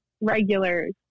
regulars